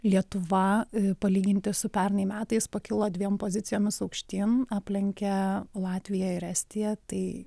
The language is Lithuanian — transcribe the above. lietuva palyginti su pernai metais pakilo dviem pozicijomis aukštyn aplenkia latviją ir estiją tai